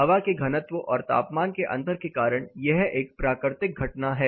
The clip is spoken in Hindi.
हवा के घनत्व और तापमान के अंतर के कारण यह एक प्राकृतिक घटना है